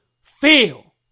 feel